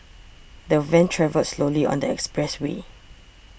the van travelled slowly on the expressway